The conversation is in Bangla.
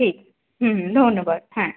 ঠিক হুম হুম ধন্যবাদ হ্যাঁ